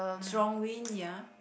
strong wind ya